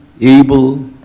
able